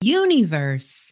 universe